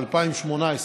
התשע"ח 2018,